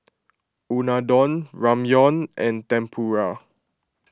Unadon Ramyeon and Tempura